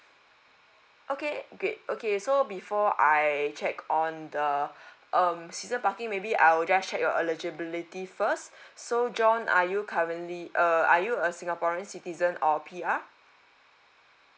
okay great okay so before I check on the um season party maybe I'll just check your eligibility first so john are you currently a are you a singaporean citizen or P_R